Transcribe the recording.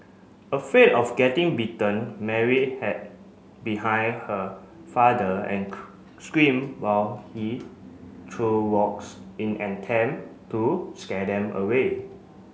afraid of getting bitten Mary hid behind her father and scream while he threw rocks in an attempt to scare them away